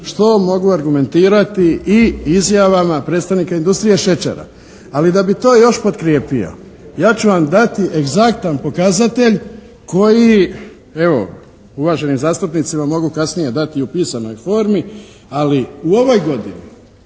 što mogu argumentirati i izjavama predstavnika industrije šećera. Ali da bi to još potkrijepio ja ću vam dati egzaktan pokazatelj koji evo uvaženim zastupnicima mogu kasnije dati i u pisanoj formi. Ali u ovoj godini